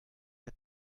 der